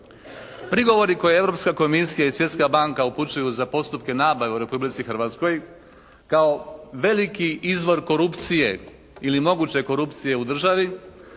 Prigovori koje Europska komisija i Svjetska banka upućuju za postupke nabave u Republici Hrvatskoj kao veliki izvor korupcije ili moguće korupcije u državi,